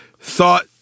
thought